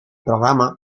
programa